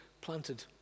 planted